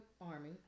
army